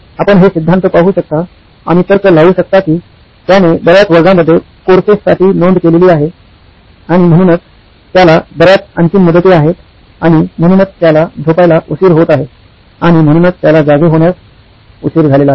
आपण हे सिद्धांत पाहू शकता आणि तर्क लावू शकता की त्याने बर्याच वर्गांमध्ये कोर्सेससाठी नोंद केलेली आहे आणि म्हणूनच त्याला बर्याच अंतिम मुदती आहेत आणि म्हणूनच त्याला झोपायला उशीर होत आहे आणि म्हणूनच त्याला जागे होण्यास उशीर झालेला आहे